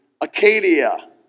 Acadia